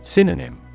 Synonym